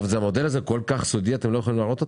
המודל הזה הוא כל כך סודי שאתם לא יכולים להראות אותו?